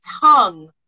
tongue